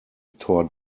tore